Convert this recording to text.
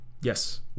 Yes